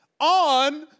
on